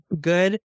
good